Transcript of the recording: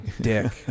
dick